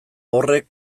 horrek